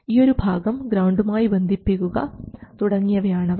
ഈയൊരു ഭാഗം ഗ്രൌണ്ടുമായി ബന്ധിപ്പിക്കുക തുടങ്ങിയവയാണവ